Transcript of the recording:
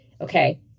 Okay